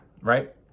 right